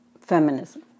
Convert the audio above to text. feminism